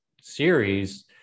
series